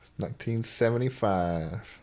1975